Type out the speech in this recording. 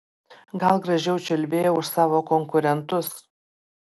gal gražiau čiulbėjau už savo konkurentus